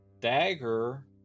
dagger